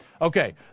Okay